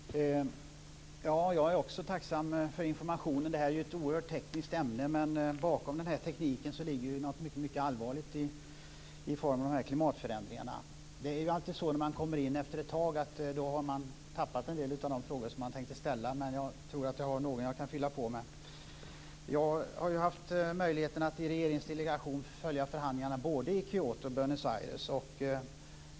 Fru talman! Jag är också tacksam för informationen. Det är ett oerhört tekniskt ämne, men bakom tekniken ligger något mycket allvarligt i form av klimatförändringar. När man kommer in i en debatt efter ett tag har man alltid tappat en del av de frågor som man tänkte ställa, men jag tror att jag har några jag kan fylla på med. Jag har haft möjligheten att i regeringens delegation följa förhandlingarna både i Kyoto och Buenos Aires.